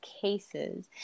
cases